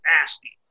nasty